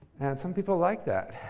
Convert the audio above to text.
and some people like that.